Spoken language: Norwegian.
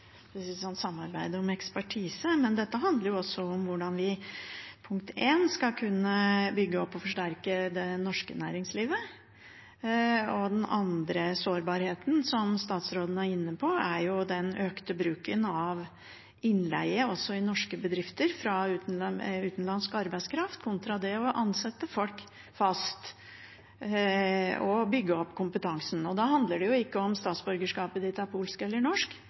også om hvordan vi skal kunne bygge opp og forsterke det norske næringslivet. Den andre sårbarheten, som statsråden er inne på, er den økte bruken av innleie i norske bedrifter av utenlandsk arbeidskraft kontra det å ansette folk fast og bygge opp kompetansen. Da handler det ikke om statsborgerskapet ditt er polsk eller norsk,